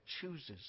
chooses